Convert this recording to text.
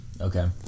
Okay